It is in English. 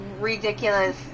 ridiculous